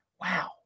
Wow